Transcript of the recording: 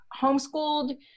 homeschooled